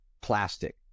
plastic